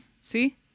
See